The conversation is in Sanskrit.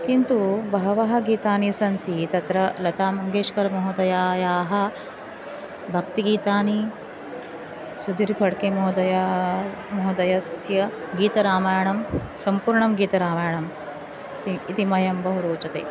किन्तु बहवः गीतानि सन्ति तत्र लतामङ्गेश्कर् महोदयायाः भक्तिगीतानि सुदीरिफड्के महोदया महोदयस्य गीतरामायणं सम्पूर्णं गीतरामायणम् कि इति मह्यं बहु रोचते